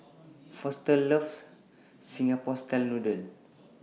Foster loves Singapore Style Noodles